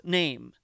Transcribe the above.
name